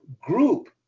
group